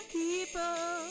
people